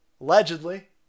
Allegedly